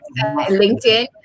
LinkedIn